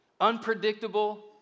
Unpredictable